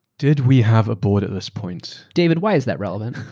did we have a board at this point? david, why is that relevant?